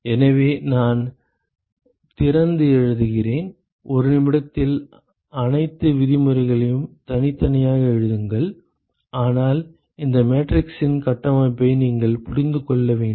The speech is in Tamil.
எனவே நான் திறந்து எழுதுகிறேன் ஒரு நிமிடத்தில் அனைத்து விதிமுறைகளையும் தனித்தனியாக எழுதுங்கள் ஆனால் இந்த மேட்ரிக்ஸின் கட்டமைப்பை நீங்கள் புரிந்து கொள்ள வேண்டும்